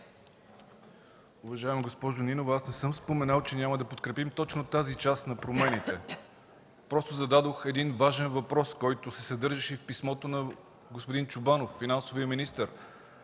Уважаема госпожо Нинова, аз не съм споменал, че няма да подкрепим точно тази част от промените. Просто зададох важен въпрос, който се съдържаше и в писмото на господин Чобанов – финансовия министър,